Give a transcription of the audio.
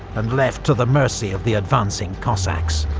and left to the mercy of the advancing cossacks.